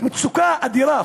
מצוקה אדירה,